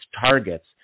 targets